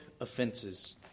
offenses